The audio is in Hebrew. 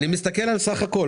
אני מסתכל על הסך הכול,